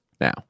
now